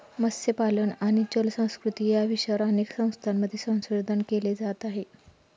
मत्स्यपालन आणि जलसंस्कृती या विषयावर अनेक संस्थांमध्ये संशोधन केले जात आहे